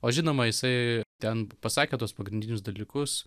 o žinoma jisai ten pasakė tuos pagrindinius dalykus